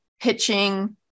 pitching